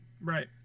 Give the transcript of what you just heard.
right